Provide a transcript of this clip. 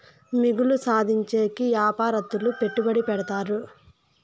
మిగులు సాధించేకి యాపారత్తులు పెట్టుబడి పెడతారు